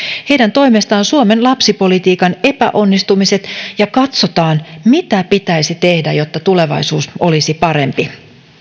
toimesta suomen lapsipolitiikan epäonnistumiset ja katsotaan mitä pitäisi tehdä jotta tulevaisuus olisi parempi